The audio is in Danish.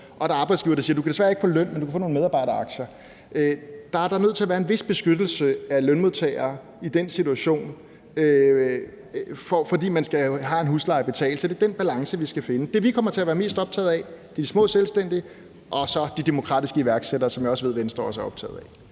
og der er arbejdsgivere, der siger, at du desværre ikke kan få løn, men at du kan få nogle medarbejderaktier, er der nødt til at være en vis beskyttelse af lønmodtagere i den situation, for man har jo en husleje at betale. Så det er den balance, vi skal finde. Det, vi kommer til at være mest optaget af, er de små selvstændige og så de demokratiske iværksættere, som jeg ved Venstre også er optaget af.